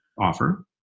offer